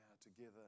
together